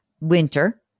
Winter